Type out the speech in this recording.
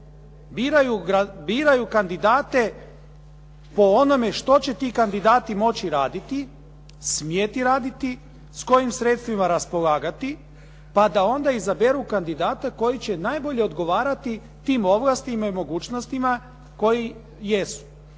Biraju kandidate po onome što će ti kandidati moći raditi, smjeti raditi, s kojim sredstvima raspolagati pa da onda izaberu kandidata koji će najbolje odgovarati tim ovlastima i mogućnostima koje jesu.